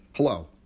Hello